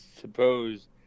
suppose